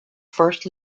first